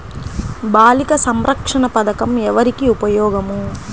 బాలిక సంరక్షణ పథకం ఎవరికి ఉపయోగము?